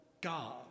God